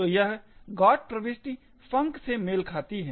तो यह GOT प्रविष्टि func से मेल खाती है